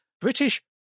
British